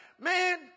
man